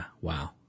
Wow